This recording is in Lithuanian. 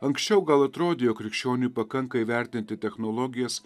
anksčiau gal atrodė jog krikščioniui pakanka įvertinti technologijas